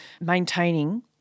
maintaining